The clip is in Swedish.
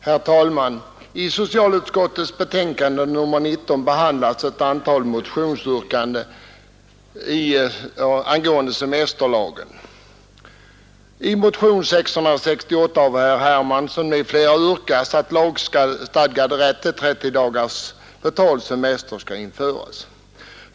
Herr talman! I socialutskottets betänkande nr 19 behandlas ett antal motionsyrkanden angående semesterlagen. I motionen 668 av herr Hermansson m.fl. yrkas att lagstadgad rätt till 30 dagars betald semester skall införas.